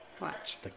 watch